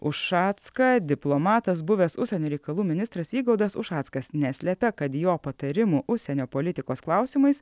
ušacką diplomatas buvęs užsienio reikalų ministras vygaudas ušackas neslepia kad jo patarimų užsienio politikos klausimais